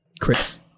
Chris